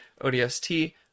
ODST